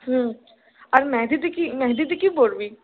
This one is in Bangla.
আর মেহেন্দিতে কী মেহেন্দিতে কী পরবি